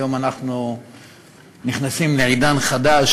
היום אנחנו נכנסים לעידן חדש,